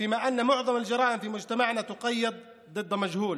בעוד ברוב הפשעים בחברה שלנו הפושעים נשארים אלמונים.